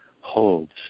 holds